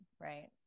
Right